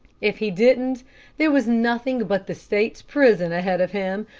if he didn't there was nothing but the state's prison ahead of him,